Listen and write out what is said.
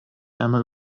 einmal